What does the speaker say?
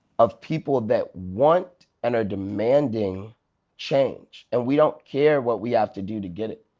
of people that want and are demanding change. and we don't care what we have to do to get it,